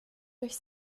durch